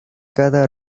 cada